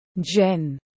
Jen